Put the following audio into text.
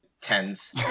tens